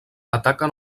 ataquen